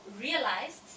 realized